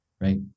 right